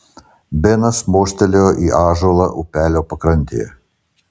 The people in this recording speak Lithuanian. benas mostelėjo į ąžuolą upelio pakrantėje